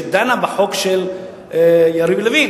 שדנה בחוק של יריב לוין.